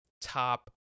top